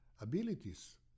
abilities